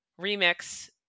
Remix